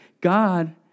God